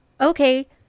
okay